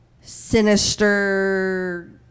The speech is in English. sinister